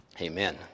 Amen